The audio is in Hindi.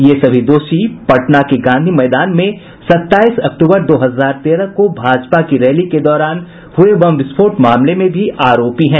ये सभी दोषी पटना के गांधी मैदान में सताईस अक्तूबर दो हजार तेरह को भाजपा की रैली के दौरान हुए बम विस्फोट मामले में भी आरोपी हैं